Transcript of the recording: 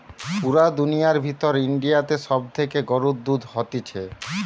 পুরা দুনিয়ার ভিতর ইন্ডিয়াতে সব থেকে গরুর দুধ হতিছে